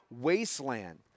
wasteland